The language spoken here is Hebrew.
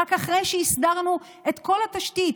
רק אחרי שהסדרנו את כל התשתית,